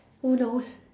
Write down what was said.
who knows